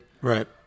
Right